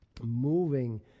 moving